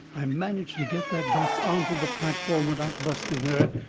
i managed to get that box onto the platform without busting her,